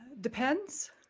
Depends